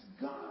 God